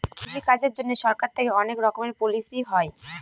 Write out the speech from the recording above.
কৃষি কাজের জন্যে সরকার থেকে অনেক রকমের পলিসি হয়